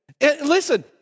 Listen